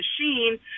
machine